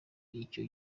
icyo